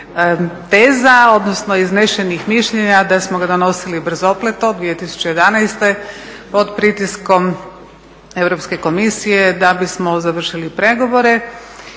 teza, odnosno iznesenih mišljenja da smo ga donosili brzopleto 2011. pod pritiskom Europske komisije da bismo završili pregovore.